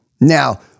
Now